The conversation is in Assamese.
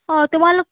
অঁ তোমালোক